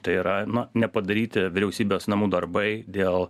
tai yra na nepadaryti vyriausybės namų darbai dėl